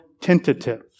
tentative